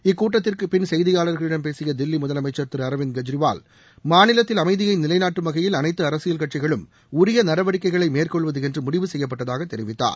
இக்கூட்டத்திற்குப்பின் செய்தியாளர்களிடம் பேசிய தில்லி முதலமைச்சர் திரு அர்விந்த் கெஜ்ரிவால் மாநிலத்தில் அமைதியை நிலைநாட்டும் வகையில் அனைத்து அரசியல் கட்சிகளும் உரிய நடவடிக்கைகளை மேற்கொள்வது என்று முடிவு செய்யப்பட்டதாக தெரிவித்தார்